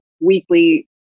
weekly